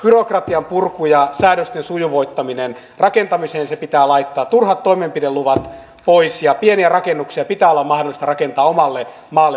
byrokratian purku ja järjesti sujuvoittaminen rakentamiseen se pitää laittaa turhat toimenpideluvat pois ja pieniä rakennuksia pitää olla mahdollista rakentaa omalle maalle